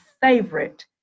favorite